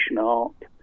art